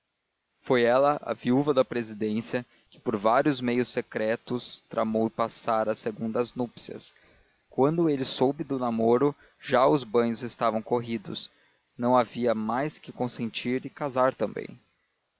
foi ela a viúva da presidência que por meios vários e secretos tramou passar a segundas núpcias quando ele soube do namoro já os banhos estavam corridos não havia mais que consentir e casar também